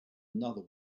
another